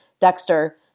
Dexter